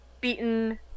beaten